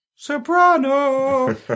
Soprano